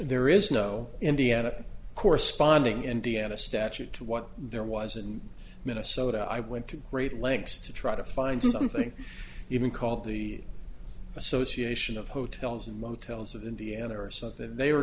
there is no indiana corresponding indiana statute what there was in minnesota i went to great lengths to try to find something even called the association of hotels and motels of indiana or something they were